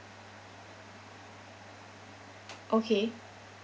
okay